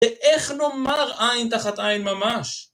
ואיך נאמר עין תחת עין ממש